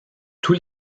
tous